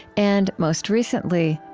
and most recently,